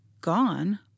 Gone